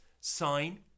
sign